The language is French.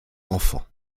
enfants